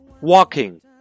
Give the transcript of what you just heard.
Walking